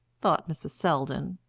thought mrs. selldon.